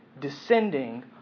descending